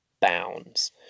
bounds